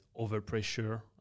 overpressure